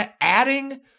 adding